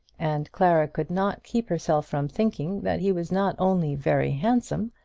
and clara could not keep herself from thinking that he was not only very handsome,